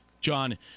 John